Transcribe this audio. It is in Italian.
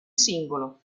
singolo